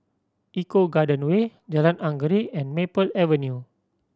Eco Garden Way Jalan Anggerek and Maple Avenue